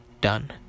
done